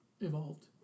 evolved